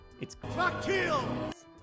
It's-